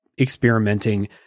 experimenting